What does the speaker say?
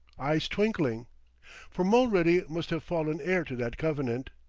eyes twinkling for mulready must have fallen heir to that covenant.